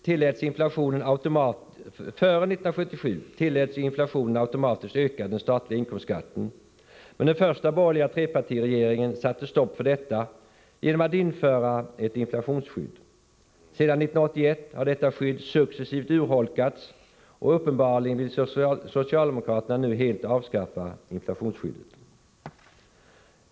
Före 1977 tilläts inflationen automatiskt öka den statliga inkomstskatten, men den första borgerliga trepartiregeringen satte stopp för detta genom att införa ett inflationsskydd. Sedan 1981 har detta skydd successivt urholkats och uppenbarligen vill socialdemokraterna nu helt avskaffa inflationsskyddet.